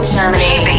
Germany